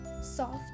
soft